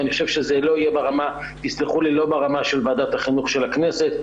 ואני חושב שזה לא יהיה ברמה של ועדת החינוך של הכנסת,